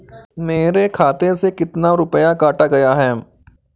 मेरे खाते से कितना रुपया काटा गया है?